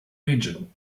region